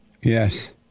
Yes